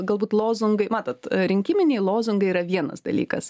galbūt lozungai matot rinkiminiai lozungai yra vienas dalykas